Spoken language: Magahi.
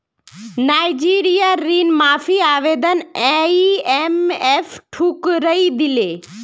नाइजीरियार ऋण माफी आवेदन आईएमएफ ठुकरइ दिले